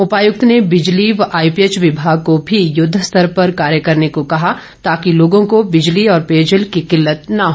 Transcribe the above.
उपायुक्त ने बिजली व आईपीएच विभाग को भी युद्धस्तर पर कार्य करने को कहा ताकि लोगों को बिजली और पेयजल की किल्लत न हो